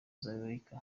zoulaika